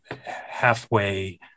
halfway